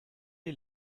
est